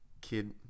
kid